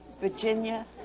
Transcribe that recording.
Virginia